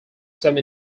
some